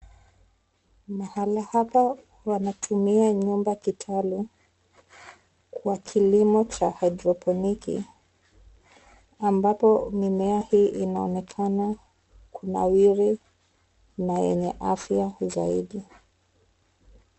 Mahala hapa wanatumia nyumba kitalu kwa kilimo cha haidroponiki ambapo mimea hii inaonekana kunawiri na yenye afya zaidi.